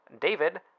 David